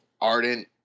ardent